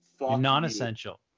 non-essential